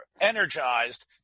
energized